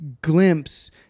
glimpse